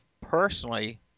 personally